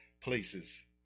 places